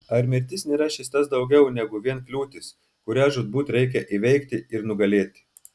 ar mirtis nėra šis tas daugiau negu vien kliūtis kurią žūtbūt reikia įveikti ir nugalėti